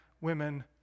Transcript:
women